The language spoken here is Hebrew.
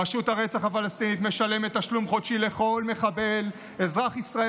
רשות הרצח הפלסטינית משלמת תשלום חודשי לכל מחבל אזרח ישראל